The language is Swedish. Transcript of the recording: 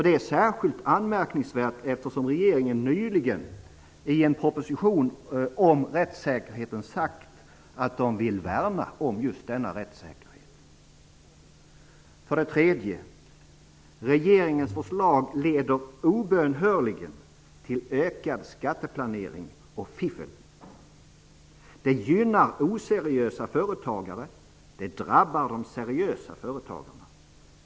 Det är särskilt anmärkningsvärt eftersom regeringen nyligen i en proposition om rättssäkerheten sagt sig vilja värna om just densamma. 3. Regeringens förslag leder obönhörligen till ökad skatteplanering och fiffel. Det gynnar oseriösa företagare och drabbar de seriösa.